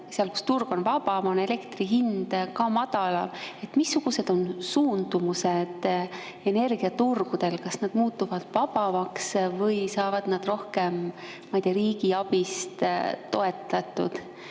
seal, kus turg on vabam – on elektri hind madalal. Missugused on suundumused energiaturgudel? Kas need turud muutuvad vabamaks või saavad nad rohkem riigi abist toetatud